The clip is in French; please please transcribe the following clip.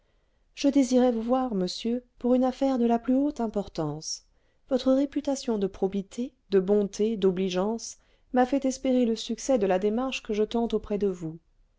je désirais vous voir monsieur pour une affaire de la plus haute importance votre réputation de probité de bonté d'obligeance m'a fait espérer le succès de la démarche que je tente auprès de vous